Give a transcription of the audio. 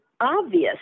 obvious